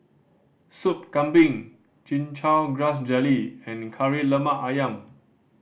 Sop Kambing Chin Chow Grass Jelly and Kari Lemak Ayam